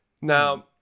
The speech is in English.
Now